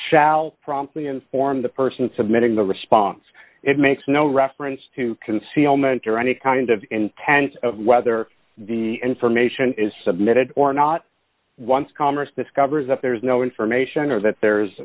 shall promptly inform the person submitting the response it makes no reference to concealment there any kind of intense of whether the information is submitted or not once congress discovers that there is no information or that there